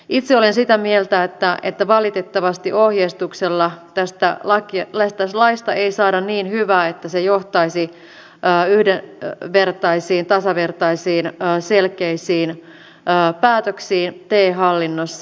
itse olen sitä mieltä että valitettavasti ohjeistuksella tästä laista ei saada niin hyvää että se johtaisi yhdenvertaisiin tasavertaisiin selkeisiin päätöksiin te hallinnossa